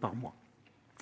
par mois